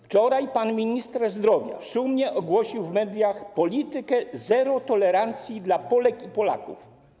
Wczoraj pan minister zdrowia szumnie ogłosił w mediach politykę zero tolerancji dla Polek i Polaków.